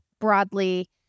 broadly